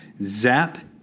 Zap